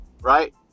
right